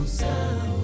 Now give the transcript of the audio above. sound